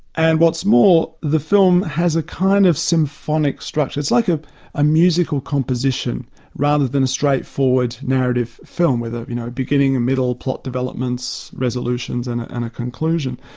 and what's more, the film has a kind of symphonic structure. it's like a a musical composition rather than a straightforward narrative film, with a you know beginning, a middle, plot developments, resolutions and and a conclusion.